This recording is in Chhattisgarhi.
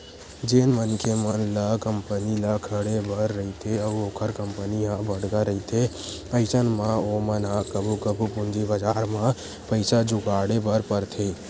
जेन मनखे मन ल कंपनी ल खड़े बर रहिथे अउ ओखर कंपनी ह बड़का रहिथे अइसन म ओमन ह कभू कभू पूंजी बजार म पइसा जुगाड़े बर परथे